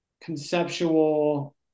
conceptual